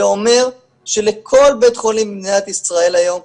זה אומר שלכל בית חולים במדינת ישראל היום,